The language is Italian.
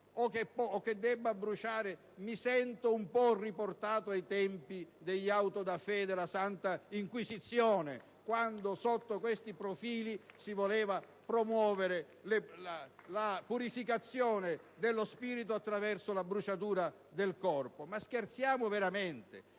o che debba bruciare? Mi sento un po' riportato ai tempi degli *autodafé* della Santa inquisizione quando, sotto questi profili, si voleva promuovere la purificazione dello spirito attraverso la bruciatura del corpo. *(Applausi dal